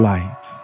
Light